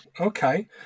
Okay